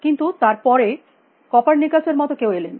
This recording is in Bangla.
কিন্তুই তার পরে কোপারনিকাস এর মত কেউ আসলেন